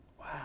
Wow